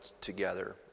together